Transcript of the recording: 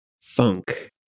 funk